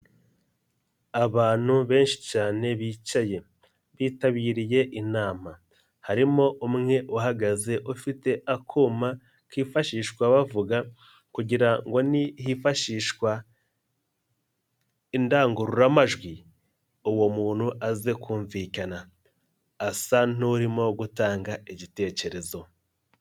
Abantu benshi cyane bicaye, bitabiriye inama. Harimo umwe uhagaze ufite akuma, kifashishwa bavuga kugira ngo ni hifashishwa indangururamajwi, uwo muntu aze kumvikana, asa n'urimo gutanga igitekerezo.